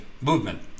movement